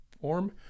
form